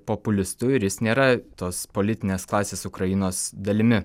populistu ir jis nėra tos politinės klasės ukrainos dalimi